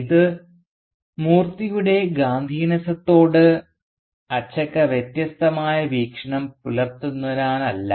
ഇത് മൂർത്തിയുടെ ഗാന്ധിയനിസത്തോട് അച്ചക്ക വ്യത്യസ്തമായ വീക്ഷണം പുലർത്തുന്നതിനാലല്ല